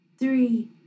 Three